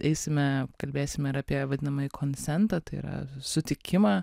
eisime kalbėsime ir apie vadinamąjį konsentą tai yra sutikimą